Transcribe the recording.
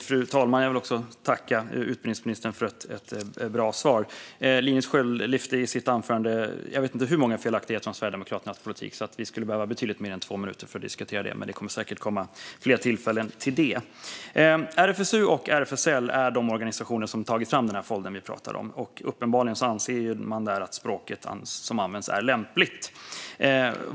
Fru talman! Jag tackar utbildningsministern för ett bra svar. I sitt anförande lyfte Linus Sköld upp jag vet inte hur många felaktigheter om Sverigedemokraternas politik. Det skulle krävas betydligt mer än två minuter för att diskutera dem, men det kommer säkert fler tillfällen. RFSU och RFSL är de organisationer som tagit fram den folder vi pratar om. Uppenbarligen anser de att språket i den är lämpligt.